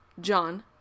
John